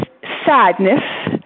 sadness